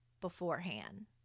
beforehand